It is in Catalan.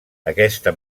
aquesta